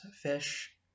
Fish